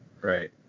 Right